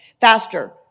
faster